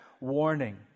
warning